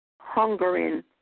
hungering